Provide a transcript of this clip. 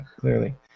clearly